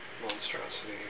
monstrosity